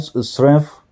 strength